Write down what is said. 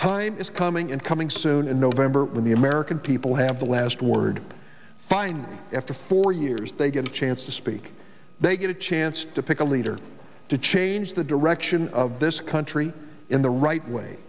time is coming and coming soon in november when the american people have the last word finally after four years they get a chance to speak they get a chance to pick a leader to change the direction of this country in the right way